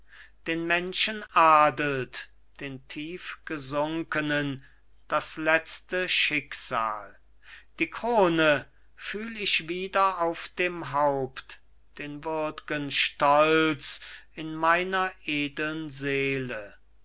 den menschen adelt den tiefstgesunkenen das letzte schicksal die krone fühl ich wieder auf dem haupt den würd'gen stolz in meiner edeln seele